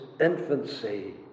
infancy